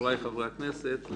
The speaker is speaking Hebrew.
חבריי חברי הכנסת,